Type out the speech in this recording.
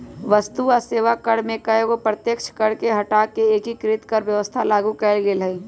वस्तु आ सेवा कर में कयगो अप्रत्यक्ष कर के हटा कऽ एकीकृत कर व्यवस्था लागू कयल गेल हई